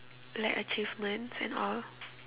like achievements and all